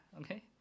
okay